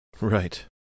Right